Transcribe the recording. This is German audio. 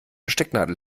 stecknadel